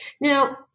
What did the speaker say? Now